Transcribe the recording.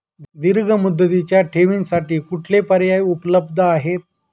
दीर्घ मुदतीच्या ठेवींसाठी कुठले पर्याय उपलब्ध आहेत?